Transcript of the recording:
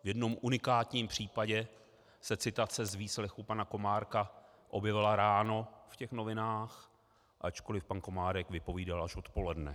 V jednom unikátním případě se citace z výslechu pana Komárka objevila ráno v těch novinách, ačkoliv pan Komárek vypovídal až odpoledne.